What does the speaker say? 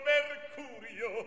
Mercurio